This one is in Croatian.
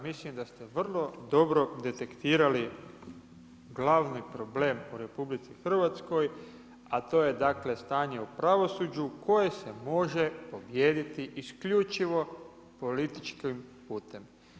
Mislim da ste vrlo dobro detektirali glavni problem u RH a to je dakle, stanje u pravosuđu koje se može pobijediti isključivo političkim putem.